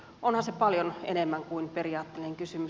onhan se paljon enemmän kuin periaatteellinen kysymys